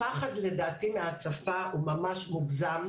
הפחד לדעתי מהצפה הוא ממש מוגזם.